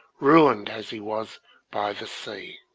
ruined as he was by the sea?